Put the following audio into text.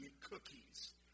cookies